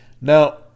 Now